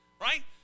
right